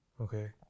Okay